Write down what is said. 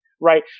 right